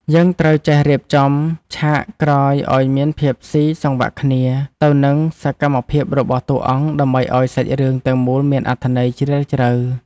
យើងត្រូវចេះរៀបចំឆាកក្រោយឱ្យមានភាពស៊ីសង្វាក់គ្នាទៅនឹងសកម្មភាពរបស់តួអង្គ ដើម្បីឱ្យសាច់រឿងទាំងមូលមានអត្ថន័យជ្រាលជ្រៅ។